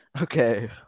Okay